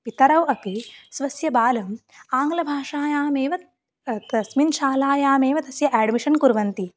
पितरौ अपि स्वस्य बालम् आङ्ग्लभाषायामेव तस्यां शालायामेव तस्य आड्मिशन् कुर्वन्ति